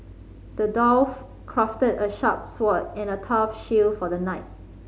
the dwarf crafted a sharp sword and a tough shield for the knight